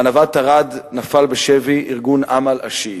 והנווט ארד נפל בשבי ארגון "אמל" השיעי.